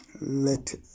let